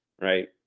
Right